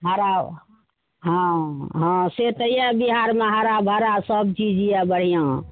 हरा हँ हँ से तऽ यऽ बिहारमे हरा भरा सब चीज यऽ बढ़िआँ